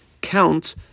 count